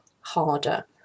harder